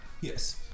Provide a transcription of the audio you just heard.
Yes